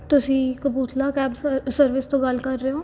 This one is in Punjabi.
ਤੁਸੀਂ ਕਪੂਰਥਲਾ ਕੈਬਸ ਸਰਵਿਸ ਤੋਂ ਗੱਲ ਕਰ ਰਹੇ ਹੋ